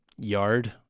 yard